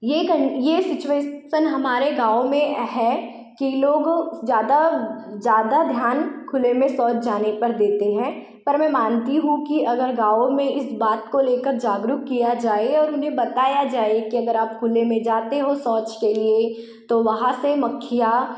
ये कहीं ये सिचुएशन हमारे गाँव में है कि लोग ज़्यादा ज़्यादा ध्यान खुले में शौच जाने पर देते हैं पर मैं मानती हूँ कि अगर गाँवों में इस बात को लेकर जागरूक किया जाए और उन्हें बताया जाए कि अगर आप खुले में जाते हो शौच के लिए तो वहाँ से मक्खियाँ